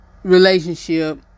relationship